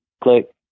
click